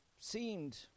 seemed